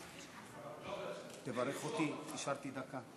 השארתי דקה.